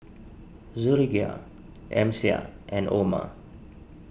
Zulaikha Amsyar and Omar